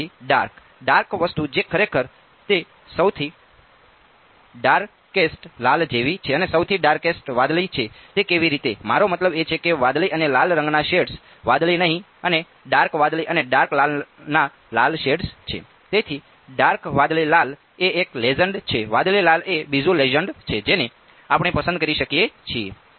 વિદ્યાર્થી dark dark વસ્તુ જે ખરેખર તે સૌથી ડારકેસ્ટ છે જેને આપણે પસંદ કરી શકીએ છીએ